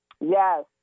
Yes